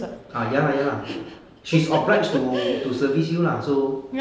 ah ya lah ya lah she is obliged to service you lah so